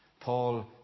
Paul